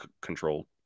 control